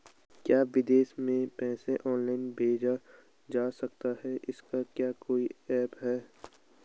क्या विदेश में भी पैसा ऑनलाइन भेजा जा सकता है इसका क्या कोई ऐप है?